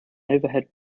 overhead